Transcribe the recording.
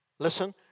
listen